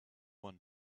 one